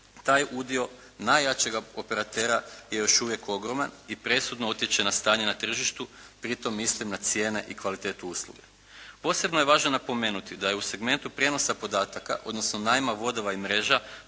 taj udio najjačega operatera je još uvijek ogroman i presudno utječe na stanje na tržištu. Pri tom mislim na cijene i kvalitetu usluge. Posebno je važno napomenuti da je u segmentu prijenosa podataka odnosno najma vodova i mreža